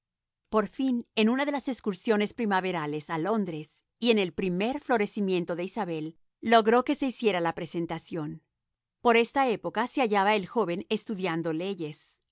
por fin en una de las excursiones primaverales a londres y en el primer florecimiento de isabel logró que se hiciera la presentación por esta época se hallaba el joven estudiando leyes